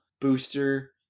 booster